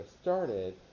started